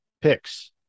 picks